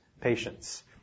patients